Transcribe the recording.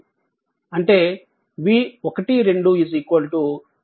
అంటే v12 output voltage 0 అవుతుంది